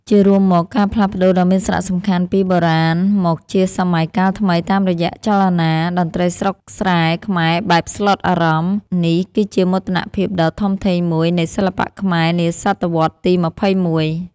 ជារួមមក ការផ្លាស់ប្តូរដ៏មានសារៈសំខាន់ពី បុរាណមកជាសម័យកាលថ្មីតាមរយៈចលនា តន្ត្រីស្រុកស្រែខ្មែរបែបស្លុតអារម្មណ៍នេះ គឺជាមោទនភាពដ៏ធំធេងមួយនៃសិល្បៈខ្មែរនាសតវត្សរ៍ទី ២១។